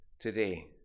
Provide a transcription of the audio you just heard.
today